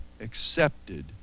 accepted